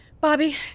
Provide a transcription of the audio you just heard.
Bobby